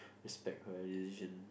respect her decision